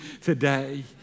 today